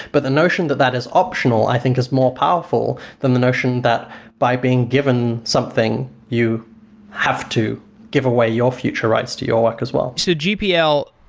but the notion that that is optional i think is more powerful than the notion that by being given something, you have to give away your future rights to your work as well so gpl,